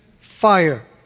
fire